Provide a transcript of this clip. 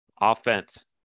offense